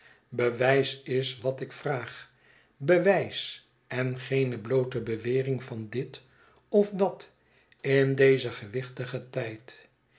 bewijs is wat ik vraag bewijs en geene bloote bewering van dit of dat in dezen gewichtigen tijd